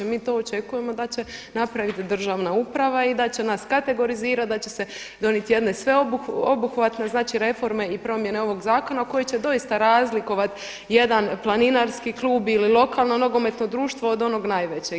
Mi to očekujemo da će napravit državna uprava i da će nas kategorizirati, da će se donijeti jedne sveobuhvatne znači reforme i promjene ovog zakona koji će doista razlikovati jedan planinarski klub ili lokalno nogometno društvo od onog najvećeg.